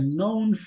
known